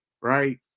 right